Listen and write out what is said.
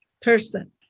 person